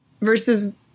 versus